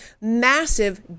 massive